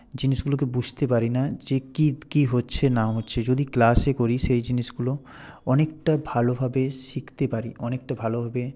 জিনিসগুলোকে বুঝতে পারি না যে কী কী হচ্ছে না হচ্ছে যদি ক্লাসে করি সেই জিনিসগুলো অনেকটা ভালোভাবে শিখতে পারি অনেকটা ভালোভাবে